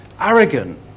arrogant